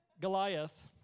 Goliath